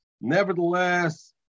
nevertheless